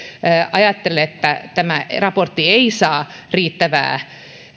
ajattelen että tämä raportti ei saa riittävää